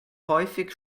häufig